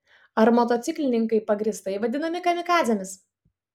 ar motociklininkai pagrįstai vadinami kamikadzėmis